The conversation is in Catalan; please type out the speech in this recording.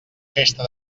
festa